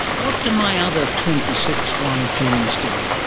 what do my other twenty six y genes do?